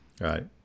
Right